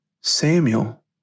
Samuel